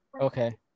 Okay